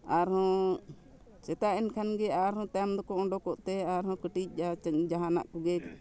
ᱟᱨᱦᱚᱸ ᱥᱮᱛᱟᱜ ᱮᱱ ᱠᱷᱟᱱᱜᱮ ᱟᱨᱦᱚᱸ ᱛᱟᱭᱚᱢ ᱫᱚᱠᱚ ᱚᱰᱳᱠᱚᱜᱼᱛᱮ ᱟᱨᱦᱚᱸ ᱠᱟᱹᱴᱤᱡ ᱡᱟᱦᱟᱱᱟᱜ ᱠᱚᱜᱮ